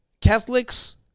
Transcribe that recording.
Catholics